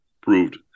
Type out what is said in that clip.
proved